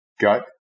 gut